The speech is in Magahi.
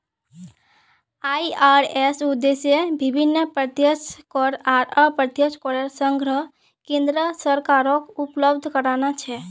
आई.आर.एस उद्देश्य विभिन्न प्रत्यक्ष कर आर अप्रत्यक्ष करेर संग्रह केन्द्र सरकारक उपलब्ध कराना छे